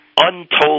untold